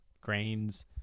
grains